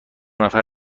نفر